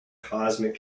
cosmic